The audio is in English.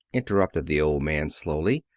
interrupted the old man slowly,